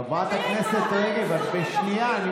חברת הכנסת רגב, את בשנייה.